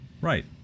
right